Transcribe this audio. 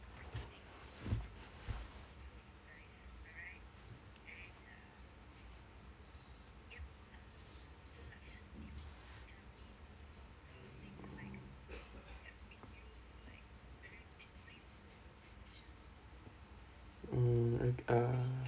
mm uh